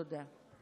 תודה.